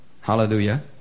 Hallelujah